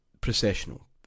processional